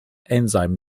enzyme